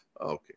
Okay